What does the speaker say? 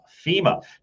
FEMA